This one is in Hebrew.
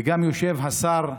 וגם יושב פה השר לשעבר,